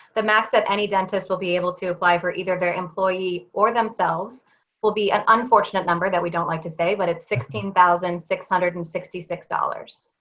the max that any dentist will be able to apply for either their employee or themselves will be an unfortunate number that we don't like to say, but it's sixteen thousand six hundred and sixty six dollars.